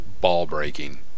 ball-breaking